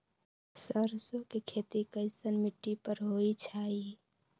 सरसों के खेती कैसन मिट्टी पर होई छाई?